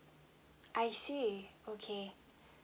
I see okay